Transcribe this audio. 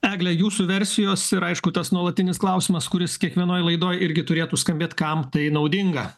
egle jūsų versijos ir aišku tas nuolatinis klausimas kuris kiekvienoj laidoj irgi turėtų skambėt kam tai naudinga